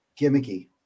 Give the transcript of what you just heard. gimmicky